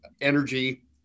energy